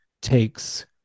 takes